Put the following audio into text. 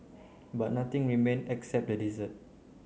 but nothing remained except the desert